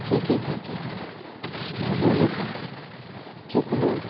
থেকে থাকে বা বলে থাকে যেগুলো